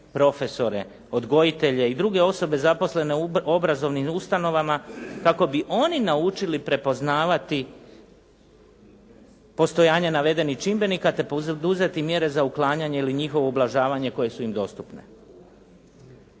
profesore, odgojitelje i druge osobe zaposlene u obrazovnim ustanovama kako bi oni naučili prepoznavati postojanje navedenih čimbenika te poduzeti mjere za uklanjanje ili njihovo ublažavanje koje su im dostupne.